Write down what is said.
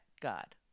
God